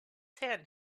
hand